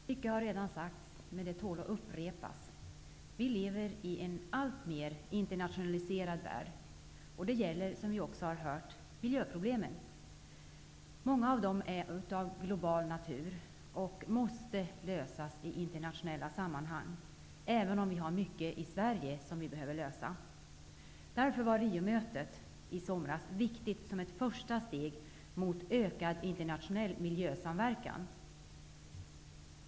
Herr talman! Mycket har redan sagts, men det tål att upprepas. Vi lever i en alltmer internationaliserad värld -- detta gäller också miljöproblemen. Många av dem är av global natur och måste lösas i internationella sammanhang, även om vi har många problem att lösa i Sverige. Därför var Riomötet i somras viktigt som ett första steg mot ökad internationell miljösamverkan.